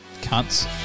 Cunts